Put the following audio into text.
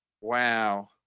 Wow